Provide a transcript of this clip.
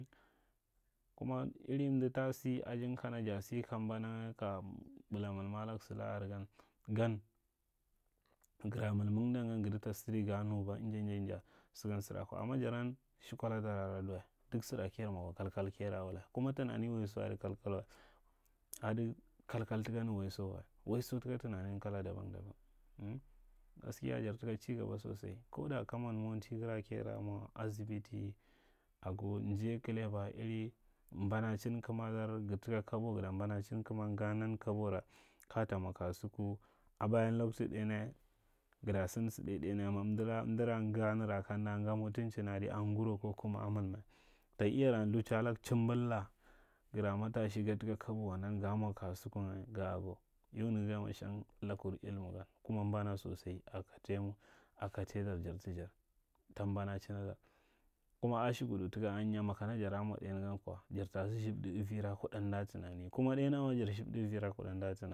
Kuma ivi mda ta sa ahhg kana ja sa ka mbananga ka ɓila milwalaga salaka are gam, gdra milming ndu gan gada ta sado ga nuba inja juja. Amma jaran shikwaladar ada wa. Duk sara kajar mwa kwa kalkai kajara wuta. Kuma tunanin waiso ada kalkalwa, ada kalkal taka nir waiso wa. Waiso taka tunnin kala daban daban. In, gaskiya jarbaka ci gaba sosai. Koda koman mantigara kajara mwa. Asibiti ago, njai kaleba, ivi mbanacin kamadan, gataka kaho, gaa mbanacin kaman, ga nan kabora kaya ta mwa kasuku, a bayam laktu ɗainya gada san sa ɗai ɗainya. Amma amdata, andara nga ma kanda ga mutamin add a nguro ko kuma a milma ta iya ra lthuchalag chhubilla giwa matashi! Gada tako kabowa wan ga mwa kasuku nga ya aga. Yan nagan ma shan lakur llmugan kuma mbana sosai a katayamur, a katayajar, jar- to- jar. Ta mbanachina dar kuma shukuɗu taka asinya, makana dara mwa ɗainyi gan kwa jar ta sa shubda avira kuɗa amda tunane. Kuma ɗainyan ma dar sthibdi avira kuɗa amda tunanayan.